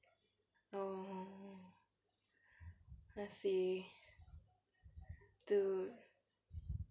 oh I see mm